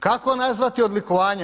Kako nazvati odlikovanje?